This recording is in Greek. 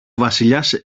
βασιλιάς